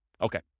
Okay